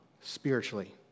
spiritually